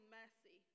mercy